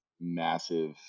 massive